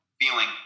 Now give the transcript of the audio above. feeling